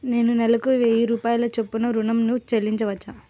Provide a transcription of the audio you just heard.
నేను నెలకు వెయ్యి రూపాయల చొప్పున ఋణం ను చెల్లించవచ్చా?